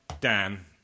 Dan